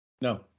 No